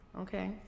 Okay